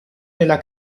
nella